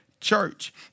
church